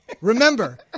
Remember